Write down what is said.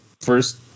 first